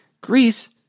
Greece